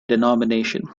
denomination